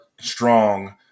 strong